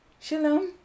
Shalom